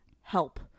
help